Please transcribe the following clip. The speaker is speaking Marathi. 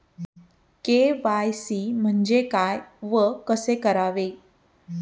के.वाय.सी म्हणजे काय व कसे करावे?